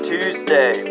Tuesday